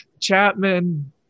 Chapman